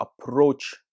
approach